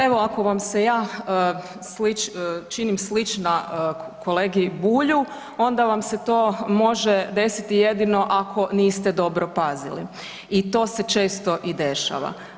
Evo ako vam se ja činim slična kolegi Bulju onda vam se to može desiti jedino ako niste dobro pazili i to se često i dešava.